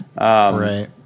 Right